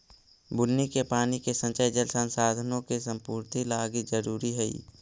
बुन्नी के पानी के संचय जल संसाधनों के संपूर्ति लागी जरूरी हई